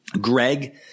Greg